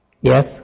Yes